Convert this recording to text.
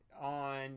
on